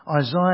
Isaiah